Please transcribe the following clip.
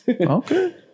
Okay